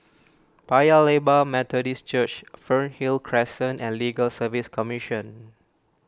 Paya Lebar Methodist Church Fernhill Crescent and Legal Service Commission